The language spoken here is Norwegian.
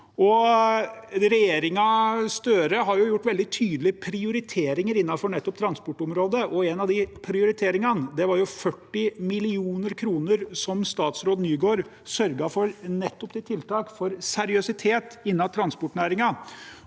Regjeringen Støre har jo gjort veldig tydelige prioriteringer innenfor transportområdet. En av de prioriteringene var 40 mill. kr som statsråd Nygård sørget for nettopp til tiltak for seriøsitet innen transportnæringen.